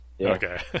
okay